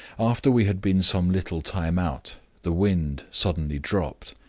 after we had been some little time out, the wind suddenly dropped,